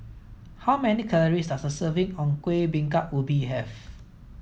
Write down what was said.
how many calories does a serving of Kueh Bingka Ubi have